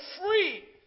free